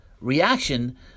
reaction